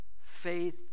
faith